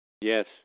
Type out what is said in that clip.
Yes